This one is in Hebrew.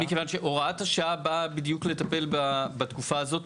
מכיוון שהוראת השעה באה בדיוק לטפל בתקופה הזאת,